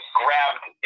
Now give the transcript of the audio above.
grabbed